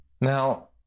Now